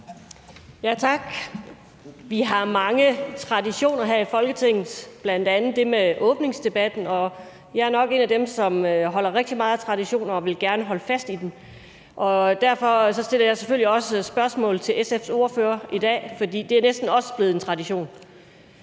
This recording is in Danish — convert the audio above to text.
(V): Tak. Vi har mange traditioner her i Folketinget, bl.a. åbningsdebatten, og jeg er nok en af dem, som holder rigtig meget af traditioner og gerne vil holde fast i dem. Derfor stiller jeg selvfølgelig også spørgsmål til SF's ordfører i dag, for det er næsten også blevet en tradition.